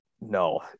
No